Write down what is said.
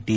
T